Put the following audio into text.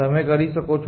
તમે કરી શકો છો